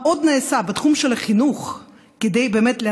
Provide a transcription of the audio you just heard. מה עוד נעשה בתחום של החינוך כדי באמת גם